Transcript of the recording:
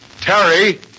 Terry